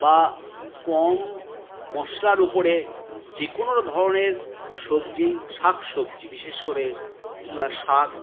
বা কম মশলার উপরে যে কোনো ধরণের সবজি শাকসবজি বিশেষ করে শাক